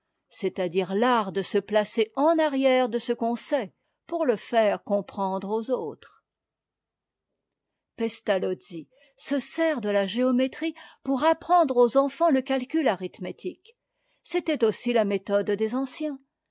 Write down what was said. c'est-à-dire fart de se placer en arrière de ce qu'on sait pour le faire comprendre aux autres pestalozzi se sert de la géométrie pour apprendre aux enfants le calcul arithmétique c'était aussi la méthode des anciens